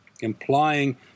implying